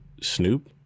snoop